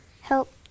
help